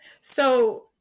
So-